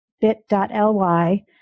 bit.ly